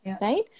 Right